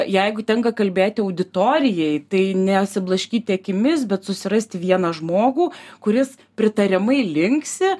jeigu tenka kalbėti auditorijai tai nesiblaškyti akimis bet susirasti vieną žmogų kuris pritariamai linksi